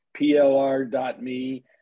PLR.me